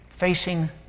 facing